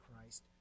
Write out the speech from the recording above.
Christ